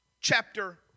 chapter